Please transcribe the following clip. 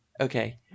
okay